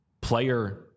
player